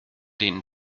denen